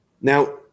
Now